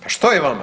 Pa što je vama?